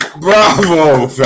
Bravo